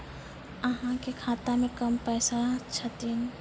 अहाँ के खाता मे कम पैसा छथिन?